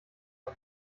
ein